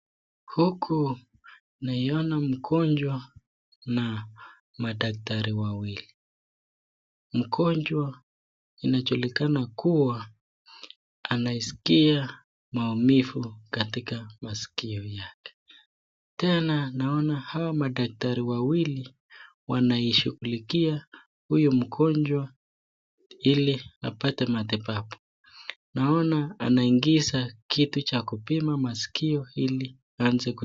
Huku naiona mgonjwa na madaktari wawili. Mgonjwa amejulikana kuwa ameiskia maumivu katika maskio yake tena naona hawa madaktari wawili wanaishughulikia huyu mgonjwa ili apate matibabu. Naona anaigiza kitu cha kupima maskio ili aanze ku...